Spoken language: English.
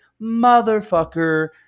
motherfucker